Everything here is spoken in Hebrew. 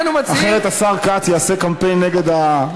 אחרת השר כץ יעשה קמפיין נגד ההצעה.